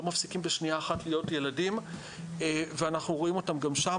לא מפסיקים בשנייה אחת להיות ילדים ואנחנו רואים אותם גם שם,